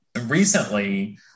recently